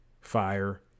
Fire